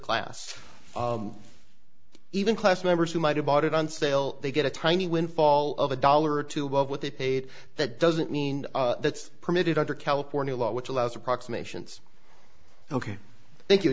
class even class members who might have bought it on sale they get a tiny windfall of a dollar or two above what they paid that doesn't mean that's permitted under california law which allows approximations ok thank you